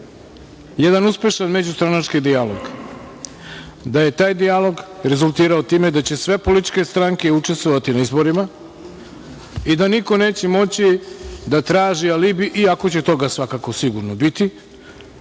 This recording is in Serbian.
jedan uspešan međustranački dijalog, da je taj dijalog rezultirao time da će sve političke stranke učestvovati na izborima i da niko neće moći da traži alibi, iako će toga svakako sigurno biti,